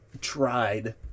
tried